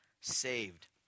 saved